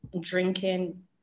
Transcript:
drinking